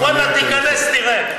ואללה, תיכנס, תראה.